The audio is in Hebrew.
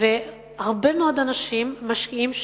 והרבה מאוד אנשים משקיעים שם,